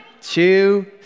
two